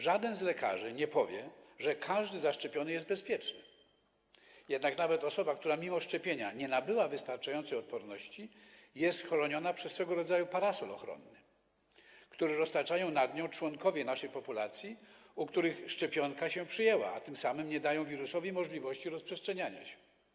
Żaden z lekarzy nie powie, że każdy zaszczepiony jest bezpieczny, jednak nawet osoba, która mimo szczepienia nie nabyła wystarczającej odporności, jest chroniona przez swego rodzaju parasol ochronny, który roztaczają nad nią członkowie naszej populacji, u których szczepionka się przyjęła, tym samym nie dając wirusowi możliwości rozprzestrzeniania się.